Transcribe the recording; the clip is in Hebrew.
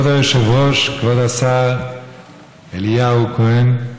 כבוד היושב-ראש, כבוד השר אליהו כהן,